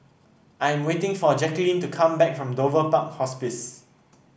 I am waiting for Jackeline to come back from Dover Park Hospice